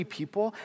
people